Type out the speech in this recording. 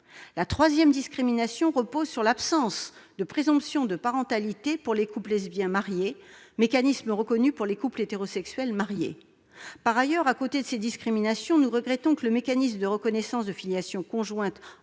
La troisième discrimination, c'est l'absence de présomption de parentalité pour les couples lesbiens mariés, mécanisme reconnu pour les couples hétérosexuels mariés. Outre ces discriminations, nous regrettons que le mécanisme de reconnaissance de filiation conjointe